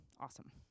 awesome